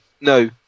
no